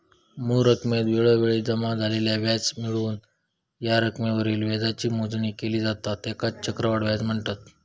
मूळ रकमेत वेळोवेळी जमा झालेला व्याज मिळवून या रकमेवरील व्याजाची मोजणी केली जाता त्येकाच चक्रवाढ व्याज म्हनतत